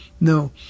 No